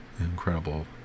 incredible